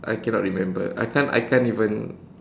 I cannot remember I can't I can't even